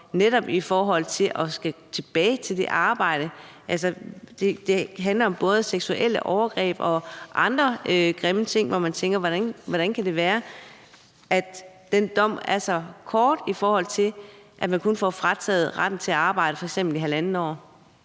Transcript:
netop i forhold til at skulle tilbage til det arbejde. Det handler både om seksuelle overgreb og andre grimme ting, hvor man tænker: Hvordan kan det være, at den dom er så kort, i forhold til at man kun får frataget retten til arbejde i f.eks. halvandet år?